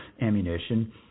ammunition